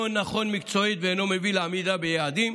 נכון מקצועית ואינו מביא לעמידה ביעדים.